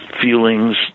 feelings